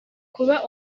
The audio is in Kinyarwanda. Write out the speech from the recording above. kuba